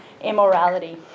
immorality